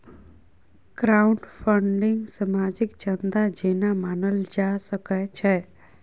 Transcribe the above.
crowdfunding सामाजिक चन्दा जेना मानल जा सकै छै